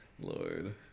lord